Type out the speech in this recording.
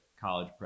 college